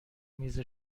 میز